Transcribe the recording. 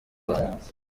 rwanda